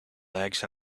legs